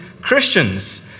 Christians